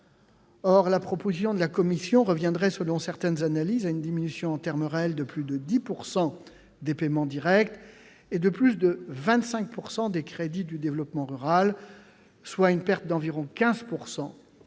Or la proposition de la Commission reviendrait, selon certaines analyses, à une diminution, en termes réels, de plus de 10 % des paiements directs et de plus de 25 % des crédits du développement rural, soit une perte d'environ 15